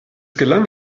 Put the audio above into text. gelang